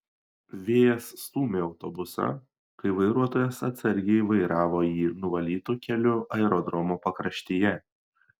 vėjas stūmė autobusą kai vairuotojas atsargiai vairavo jį nuvalytu keliu aerodromo pakraštyje